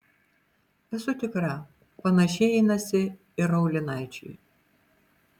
esu tikra panašiai einasi ir raulinaičiui